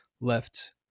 left